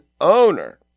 owner